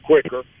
quicker